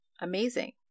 amazing